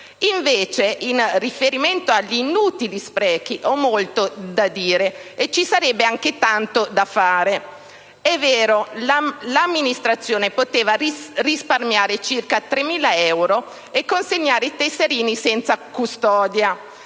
contrario, in riferimento agli inutili sprechi, ho molto da dire e ci sarebbe anche tanto da fare. È vero, l'Amministrazione poteva risparmiare circa 3.000 euro e consegnare i tesserini senza custodia,